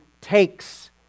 takes